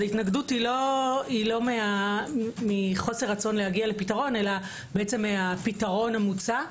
ההתנגדות היא לא מחוסר רצון להגיע לפתרון אלא מהפתרון המוצע.